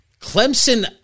Clemson